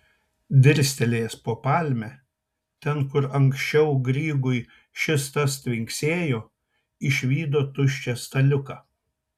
dirstelėjęs po palme ten kur anksčiau grygui šis tas tvinksėjo išvydo tuščią staliuką